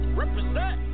represent